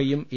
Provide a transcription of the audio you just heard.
ഐയും എ